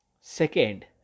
Second